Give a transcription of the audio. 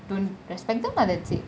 don't respect them ah that's it